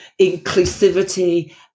inclusivity